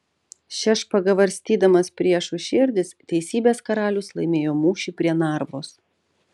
šia špaga varstydamas priešų širdis teisybės karalius laimėjo mūšį prie narvos